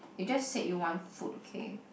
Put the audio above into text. you just said you want food okay